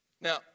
Now